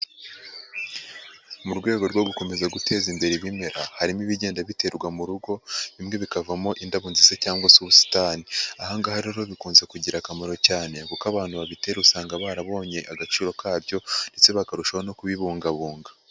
Mu rwego rwo gukomeza guteza imbere ibimera, harimo ibigenda biterwa mu rugo, bimwe bikavamo indabo nziza cyangwa se ubusitani. Aha ngaha rero bikunze kugira akamaro cyane kuko abantu babitera usanga barabonye agaciro kabyo, ndetse bakarushaho no kubibungabunga.